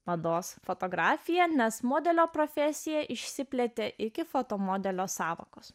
mados fotografija nes modelio profesija išsiplėtė iki foto modelio sąvokos